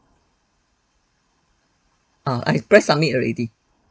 uh I press submit already